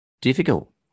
difficult